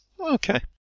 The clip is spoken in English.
okay